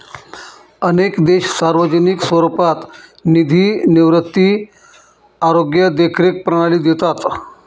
अनेक देश सार्वजनिक स्वरूपात निधी निवृत्ती, आरोग्य देखरेख प्रणाली देतात